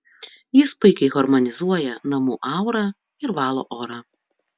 jis puikiai harmonizuoja namų aurą ir valo orą